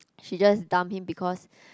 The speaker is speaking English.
she just dump him because